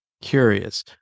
curious